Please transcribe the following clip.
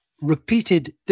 repeated